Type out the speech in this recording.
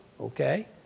okay